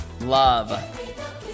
Love